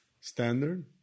Standard